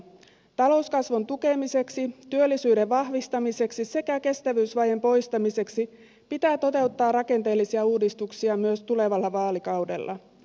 talouskasvun tukemiseksi työllisyyden vahvistamiseksi sekä kestävyysvajeen poistamiseksi pitää toteuttaa rakenteellisia uudistuksia myös tulevalla vaalikaudella